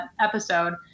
episode